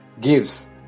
gives